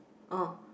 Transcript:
oh